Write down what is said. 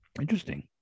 Interesting